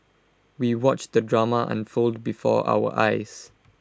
we watched the drama unfold before our eyes